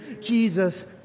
Jesus